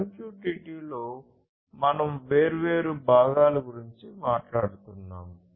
MQTT లో మనం వేర్వేరు భాగాల గురించి మాట్లాడుతున్నాము